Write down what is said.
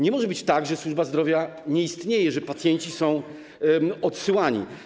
Nie może być tak, że służba zdrowia nie istnieje, że pacjenci są odsyłani.